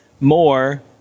more